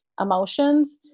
emotions